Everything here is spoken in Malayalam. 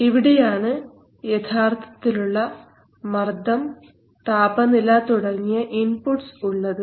ഇവിടെയാണ് യഥാർഥത്തിലുള്ള മർദ്ദം താപനില തുടങ്ങിയ ഇൻപുട്ട്സ് ഉള്ളത്